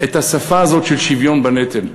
את השפה הזאת של שוויון בנטל.